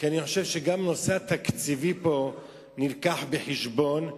כי אני חושב שגם הנושא התקציבי מובא פה בחשבון,